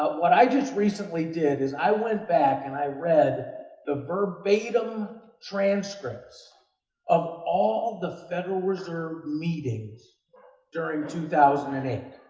what i just recently did is i went back, and i read the verbatim transcripts of all the federal reserve meetings during two thousand and eight.